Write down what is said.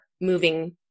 moving